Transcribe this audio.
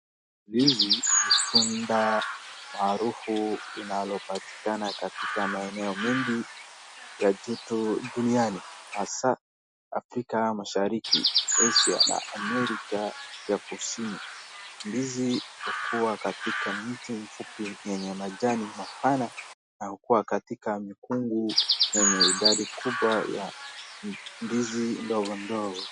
Ndizi ni tunda maarufu inalopatikana katika maeneno mengi ya joto duniani, hasa Afrika Mashariki, Asia na Amerika ya Kusini. Ndizi hukua katika miti mifupi yenye majani mapana na hukua katika mikungu yenye idadi kubwa ya ndizi dogo dogo.